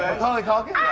macaulay culkin?